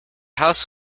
house